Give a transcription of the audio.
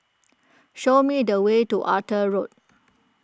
show me the way to Arthur Road